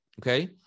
Okay